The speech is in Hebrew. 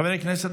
חברי כנסת,